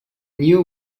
knew